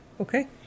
Okay